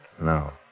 No